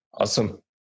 awesome